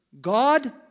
God